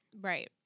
Right